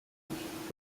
his